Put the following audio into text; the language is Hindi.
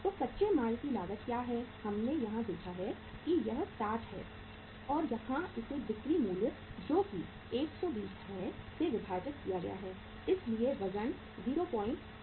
तो कच्चे माल की लागत क्या है हमने यहां देखा है कि यह 60 हैं और यहां इसे बिक्री मूल्य जो कि 120 है से विभाजित किया गया है इसलिए वजन 050 है